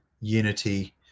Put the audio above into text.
unity